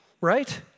right